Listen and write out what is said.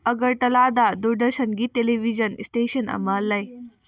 ꯑꯒꯔꯇꯂꯥꯗ ꯗꯨꯔꯗꯔꯁꯟꯒꯤ television station ꯑꯃ ꯂꯩ